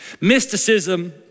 mysticism